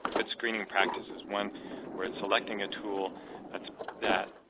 a good screening practice is one where selecting a tool that